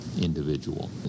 individual